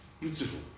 Beautiful